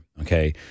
okay